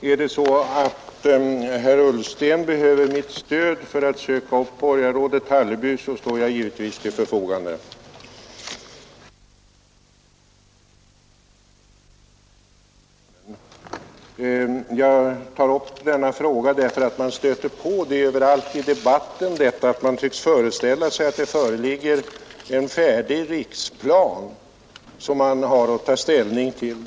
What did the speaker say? Fru talman! Bara några ord om riksplanen. Jag tar upp den frågan därför att man överallt i debatten stöter på föreställningen att det föreligger en färdig riksplan som man har att ta ställning till.